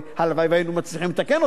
הלוואי שהיינו מצליחים לתקן אותן.